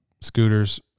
scooters